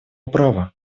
права